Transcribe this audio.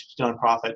nonprofit